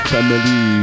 Family